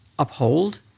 Uphold